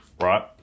right